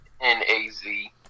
N-A-Z